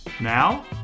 Now